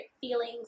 feelings